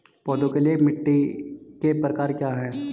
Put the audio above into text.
पौधों के लिए मिट्टी के प्रकार क्या हैं?